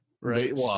Right